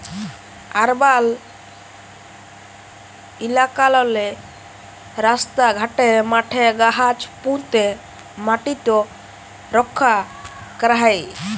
আরবাল ইলাকাললে রাস্তা ঘাটে, মাঠে গাহাচ প্যুঁতে ম্যাটিট রখ্যা ক্যরা হ্যয়